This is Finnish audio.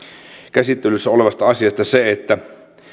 käsittelyssä olevasta asiasta se